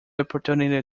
opportunity